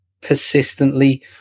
persistently